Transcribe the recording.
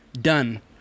done